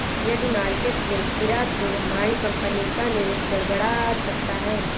यदि market rate गिरा तो हमारी कंपनी का निवेश गड़बड़ा सकता है